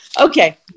Okay